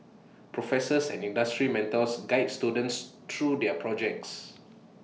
professors and industry mentors guide students through their projects